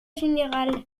général